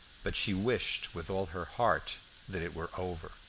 but she wished with all her heart that it were over.